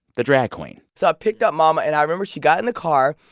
the drag queen so i picked up momma. and i remember, she got in the car.